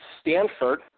Stanford